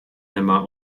nemá